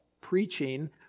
preaching